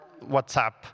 WhatsApp